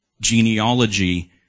genealogy